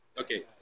okay